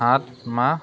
সাত মাহ